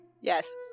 Yes